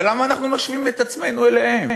אבל למה אנחנו משווים את עצמנו אליהם?